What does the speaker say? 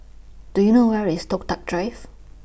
Do YOU know Where IS Toh Tuck Drive